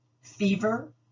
fever